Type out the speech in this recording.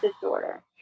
disorder